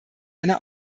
einer